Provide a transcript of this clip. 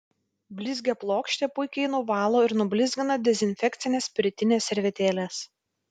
blizgią plokštę puikiai nuvalo ir nublizgina dezinfekcinės spiritinės servetėlės